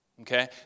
Okay